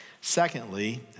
Secondly